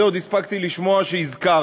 את זה עוד הספקתי לשמוע שהזכרת.